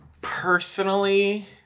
personally